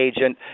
agent